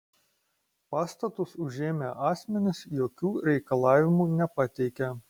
pastatus užėmę asmenys jokių reikalavimų nepateikė